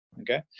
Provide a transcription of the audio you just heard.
Okay